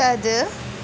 तद्